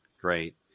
Great